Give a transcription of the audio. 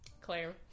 Claire